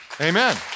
Amen